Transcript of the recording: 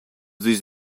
this